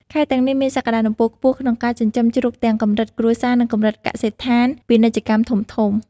ខេត្តទាំងនេះមានសក្ដានុពលខ្ពស់ក្នុងការចិញ្ចឹមជ្រូកទាំងកម្រិតគ្រួសារ និងកម្រិតកសិដ្ឋានពាណិជ្ជកម្មធំៗ។